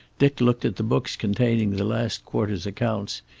dick looked at the books containing the last quarter's accounts,